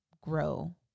grow